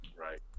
Right